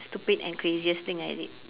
stupid and craziest thing I did